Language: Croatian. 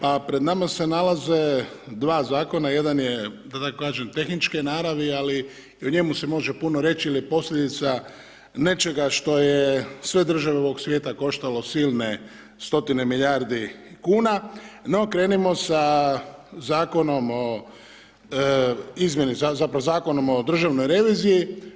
Pa pred nama se nalaze dva zakona, jedan je da tako kažem tehničke naravi ali i o njemu se može puno reći jer je posljedice nečega što je sve države ovoga svijeta koštalo silne stotine milijardi kuna, no krenimo sa zakonom, zapravo Zakonom o Državnoj reviziji.